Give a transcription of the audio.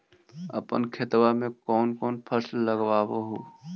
अपन खेतबा मे कौन कौन फसल लगबा हू?